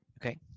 Okay